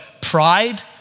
pride